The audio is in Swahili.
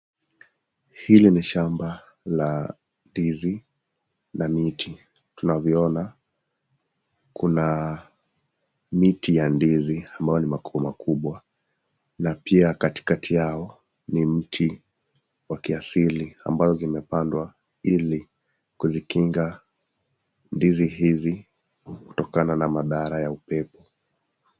Hili ni shamba la ndizi na miti. Tunavyoona kuna miti ya ndizi ambayo ni makubwa makubwa na pia katikati yao ni mti wa kiasili ambazo zimepandwa ili kuzikinga ndizi hizi kutokana na madhara ya upepo.